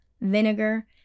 vinegar